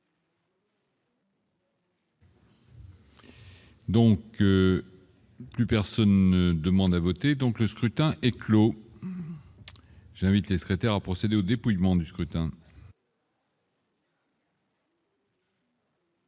Donc, plus personne ne demande à voter, donc le scrutin est clos, j'ai invité secrétaire à procéder au dépouillement du scrutin.